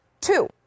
Two